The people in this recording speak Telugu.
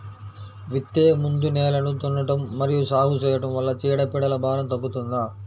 విత్తే ముందు నేలను దున్నడం మరియు సాగు చేయడం వల్ల చీడపీడల భారం తగ్గుతుందా?